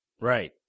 Right